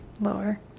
lower